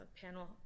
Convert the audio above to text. panel